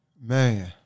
Man